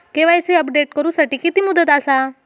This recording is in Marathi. के.वाय.सी अपडेट करू साठी किती मुदत आसा?